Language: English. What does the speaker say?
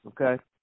Okay